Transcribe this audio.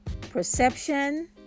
perception